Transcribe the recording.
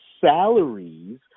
salaries